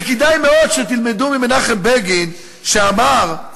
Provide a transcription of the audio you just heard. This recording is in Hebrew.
וכדאי מאוד שתלמדו ממנחם בגין, שאמר: